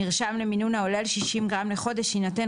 מרשם למינון העולה על 60 גרם לחודש יינתן